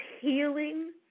healing